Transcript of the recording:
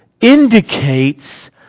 indicates